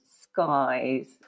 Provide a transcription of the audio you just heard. skies